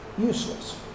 useless